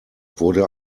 wurde